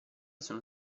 sono